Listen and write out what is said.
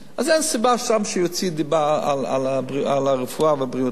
אז אין סיבה שיוציאו דיבה על הרפואה והבריאות בארץ.